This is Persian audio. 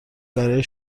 برای